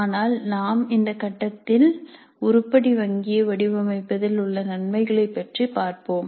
ஆனால் நாம் இந்தக் கட்டத்தில் உருப்படி வங்கியை வடிவமைப்பதில் உள்ள நன்மைகளை பற்றி பார்ப்போம்